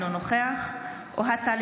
אינו נוכח אוהד טל,